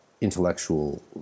intellectual